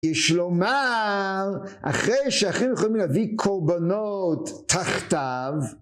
יש לומר, אחרי שאחים יכולים להביא קורבנות תחתיו...